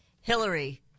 Hillary